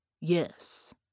yes